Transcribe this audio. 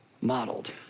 modeled